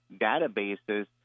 databases –